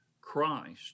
Christ